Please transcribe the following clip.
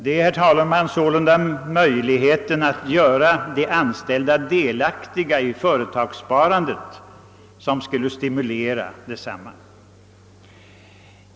Det är sålunda, herr talman, möjligheten att göra de anställda delaktiga i företagssparandet som skulle stimulera detsamma.